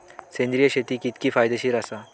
सेंद्रिय शेती कितकी फायदेशीर आसा?